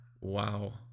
Wow